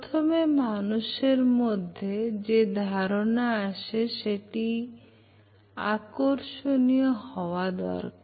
প্রথমে মানুষের মধ্যে যে ধারণা আসে সেটা আকর্ষণীয় হওয়া দরকার